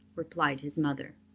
replied his mother.